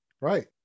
Right